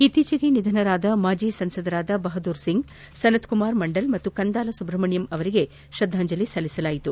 ಇತ್ತೀಚೆಗೆ ನಿಧನರಾದ ಮಾಜಿ ಸಂಸದರಾದ ಬಹುದ್ದೂರ್ ಸಂಗ್ ಸನತ್ಕುಮಾರ್ ಮಂಡಲ್ ಮತ್ತು ಕಂದಾಲ ಸುಬ್ರಮಣ್ಣಂ ಅವರಿಗೆ ತ್ರದ್ದಾಂಜಲಿ ಸಲ್ಲಿಸಲಾಯಿತು